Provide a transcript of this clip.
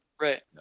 Right